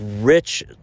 rich